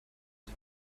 hat